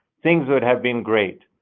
things would have been great.